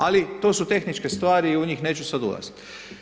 Ali, to su tehničke stvari i u njih neću sad ulaziti.